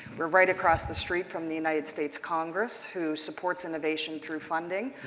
we're right across the street from the united states congress who supports innovation through funding,